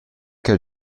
che